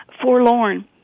forlorn